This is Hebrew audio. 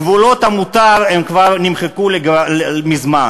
גבולות המותר כבר נמחקו מזמן.